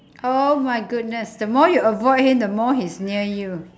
oh my goodness the more you avoid him the more he's near you